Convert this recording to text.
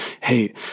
Hey